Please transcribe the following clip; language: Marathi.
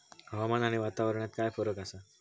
हवामान आणि वातावरणात काय फरक असा?